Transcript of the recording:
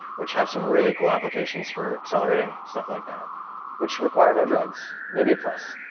which have some really cool applications for accelerating stuff like that which require no drugs. maybe a plus.